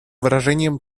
выражением